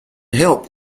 help